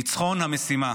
ניצחון במשימה.